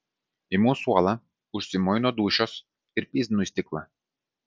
imu suolą užsimoju nuo dūšios ir pyzdinu į stiklą